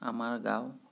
আমাৰ গাওঁ